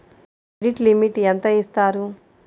Credit limit ఎంత ఇస్తారు?